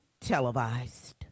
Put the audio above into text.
televised